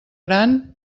gran